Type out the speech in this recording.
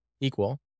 equal